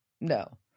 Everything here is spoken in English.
No